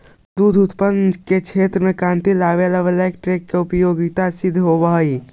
दुध उत्पादन के क्षेत्र में क्रांति लावे में बल्क टैंक के उपयोगिता सिद्ध होवऽ हई